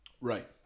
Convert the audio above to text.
Right